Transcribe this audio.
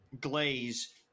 Glaze